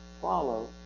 follow